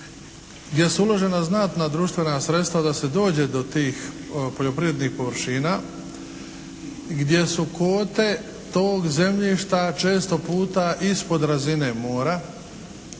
gdje su uložena znatna društvena sredstva da se dođe do tih poljoprivrednih površina gdje su kvote tog zemljišta četo puta ispod razine mora